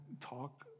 talk